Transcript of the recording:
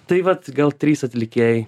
tai vat gal trys atlikėjai